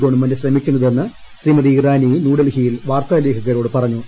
government ശ്രമിക്കുന്നതെന്ന് ശ്രീമതി ഇറാനി ന്യൂഡൽഹിയിൽ വാർത്താലേഖകരോട് പറഞ്ഞു